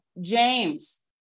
James